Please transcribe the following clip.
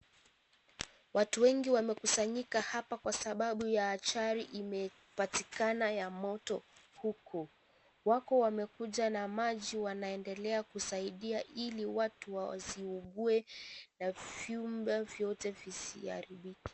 Watu wengi wamekusanyika hapa kwa sababu ya ajali imepatikana ya moto huko. Wako wemekuja na maji wanaendelea kusaidia ili watu wasiungue na vyumba vyote visiharibike.